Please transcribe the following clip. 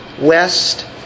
West